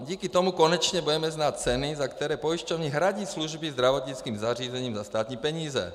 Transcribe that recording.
Díky tomu konečně budeme znát ceny, za které pojišťovny hradí služby zdravotnickým zařízením za státní peníze.